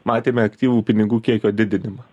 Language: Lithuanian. matėme aktyvų pinigų kiekio didinimą